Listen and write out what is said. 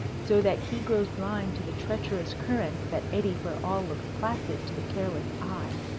so that he grows blind to the treacherous currents that eddy where all looks placid to the careless eye,